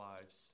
lives